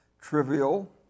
trivial